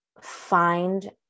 find